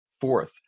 fourth